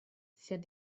said